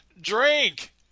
Drink